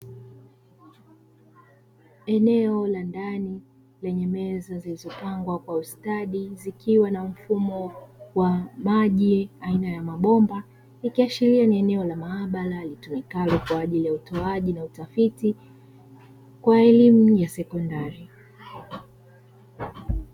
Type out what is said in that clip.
Eneo la ndani lenye meza zililopangwa kwa ustadi, zikiwa na mfumo wa maji aina ya mabomba, ikiashiria ni eneo la maabara litumikalo kwa ajili ya utoaji, na utafiti kwa elimu ya sekondari.